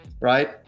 right